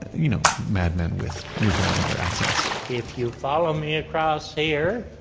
you know, mad men with newfoundlander accents if you follow me across here,